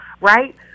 right